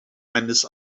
eines